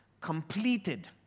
completed